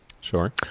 Sure